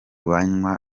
banywa